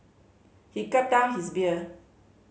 he gulped down his beer